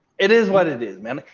it is what it is man.